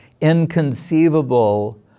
inconceivable